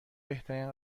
بهترین